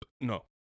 No